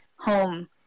home